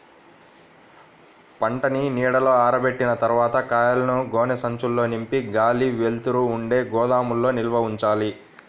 పంటని నీడలో ఆరబెట్టిన తర్వాత కాయలను గోనె సంచుల్లో నింపి గాలి, వెలుతురు ఉండే గోదాముల్లో నిల్వ ఉంచాలి